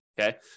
okay